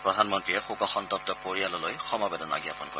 প্ৰধানমন্ত্ৰীয়ে শোক সন্তপ্ত পৰিয়াললৈ সমবেদনা জ্ঞাপন কৰে